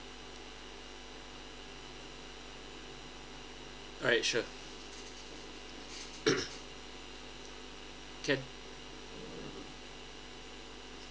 alright sure can